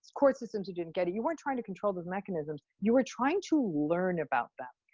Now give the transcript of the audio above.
court systems who didn't get it. you weren't trying to control those mechanisms. you were trying to learn about that.